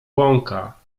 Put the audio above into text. błąka